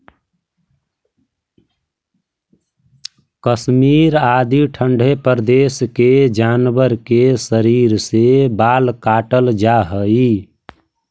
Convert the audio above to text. कश्मीर आदि ठण्ढे प्रदेश के जानवर के शरीर से बाल काटल जाऽ हइ